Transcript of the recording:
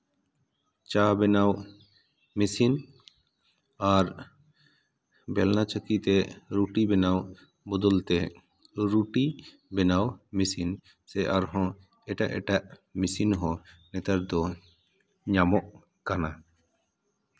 ᱪᱟ ᱵᱮᱱᱟᱣ ᱢᱮᱥᱤᱱ ᱟᱨ ᱵᱮᱞᱱᱟ ᱪᱟᱹᱠᱤ ᱛᱮ ᱨᱩᱴᱤ ᱵᱮᱱᱟᱣ ᱵᱚᱫᱚᱞ ᱛᱮ ᱨᱩᱴᱤ ᱵᱮᱱᱟᱣ ᱢᱮᱥᱤᱱ ᱥᱮ ᱟᱨᱦᱚᱸ ᱮᱴᱟᱜ ᱮᱴᱟᱜ ᱢᱮᱥᱤᱱ ᱦᱚᱸ ᱱᱮᱛᱟᱨ ᱫᱚ ᱧᱟᱢᱚᱜ ᱠᱟᱱᱟ